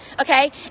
okay